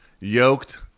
yoked